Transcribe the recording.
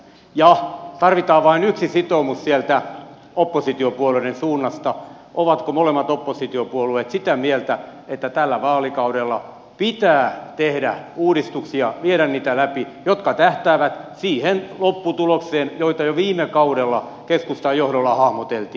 tarvitaan vain yksi sitoumus sieltä oppositiopuolueiden suunnasta ovatko molemmat oppositiopuolueet sitä mieltä että tällä vaalikaudella pitää tehdä uudistuksia viedä niitä läpi jotka tähtäävät siihen lopputulokseen jota jo viime kaudella keskustan johdolla hahmoteltiin